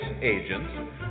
agents